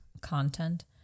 content